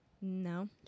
No